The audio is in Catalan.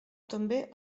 també